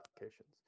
applications